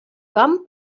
camp